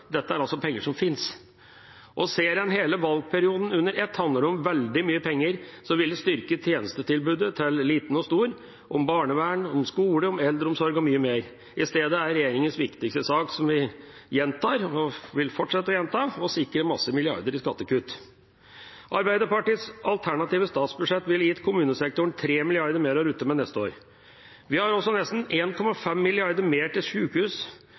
dette er altså penger som finnes. Ser en hele valgperioden under ett, handler det om veldig mye penger som ville styrket tjenestetilbudet til liten og stor, barnevern, skole, eldreomsorg og mye mer. I stedet er regjeringas viktigste sak – noe vi gjentar, og vil fortsette å gjenta – å sikre masse milliarder i skattekutt. Arbeiderpartiets alternative statsbudsjett ville gitt kommunesektoren 3 mrd. kr mer å rutte med neste år. Vi har også nesten 1,5 mrd. kr mer til